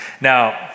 Now